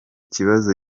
kibazo